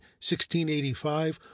1685